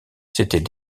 c’était